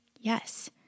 Yes